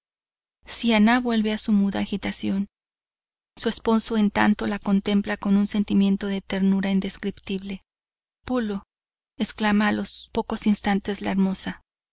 siannah vuelve a su muda agitación su esposo en tanto la contempla con un sentimiento de ternura indescriptible pulo exclama a los pocos instantes la hermosa